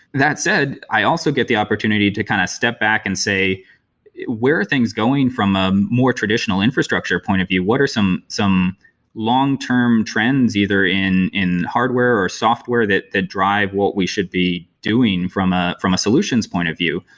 that said, i also get the opportunity to kind of step back and say where are things going from a more traditional infrastructure point of view. what are some some long-term trends either in in hardware or software that drive what we should be doing from ah from a solutions point of view?